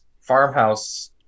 farmhouse